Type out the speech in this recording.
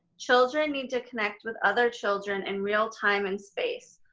children need to connect with other children in real time and space,